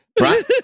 Right